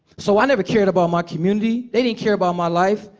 so i never cared about my community. they didn't care about my life.